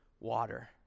water